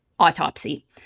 autopsy